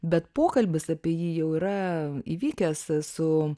bet pokalbis apie jį jau yra įvykęs su